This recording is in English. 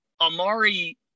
Amari